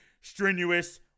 strenuous